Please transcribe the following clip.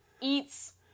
eats